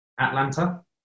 atlanta